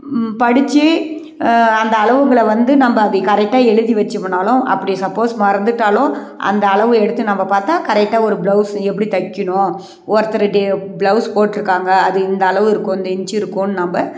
படித்து அந்த அளவுகள வந்து நம்ம அதை கரெக்டாக எழுதி வெச்சசோமுன்னாலும் அப்படி சப்போஸ் மறந்துவிட்டாலும் அந்த அளவு எடுத்து நம்ம பார்த்தா கரெக்டாக ஒரு ப்ளவுஸ் எப்படி தைக்கிணும் ஒருத்தருடிய ப்ளவுஸ் போட்டுருக்காங்க அது இந்த அளவு இருக்கும் இந்த இன்ச் இருக்கும்ன்னு நம்ம